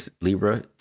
Libra